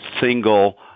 single